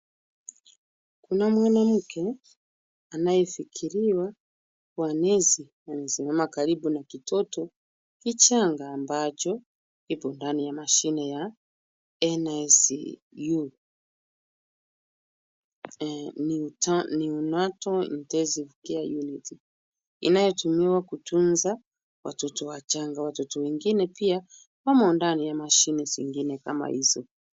Kuna mwanamke anayefikiriwa kuwa nesi amesimama karibu na kitoto kichanga ambacho kimo ndani ya mashine ya NSCU ni Unato Intensive Care Unit inayotumiwa kutunza watoto wachanga. Watoto wengine pia wamo ndani ya mashine zingine kama hizo.